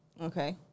Okay